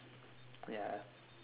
ya